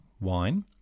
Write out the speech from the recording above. wine